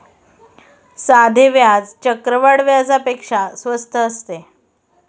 साधे व्याज चक्रवाढ व्याजापेक्षा स्वस्त असते